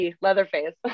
Leatherface